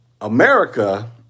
America